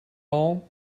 all